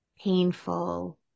painful